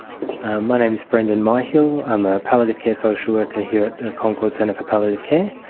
my name is brendan myhill, i'm a palliative care social worker here at the concorde centre for palliative care.